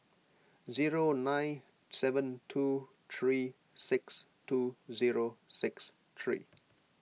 zero nine seven two three six two zero six three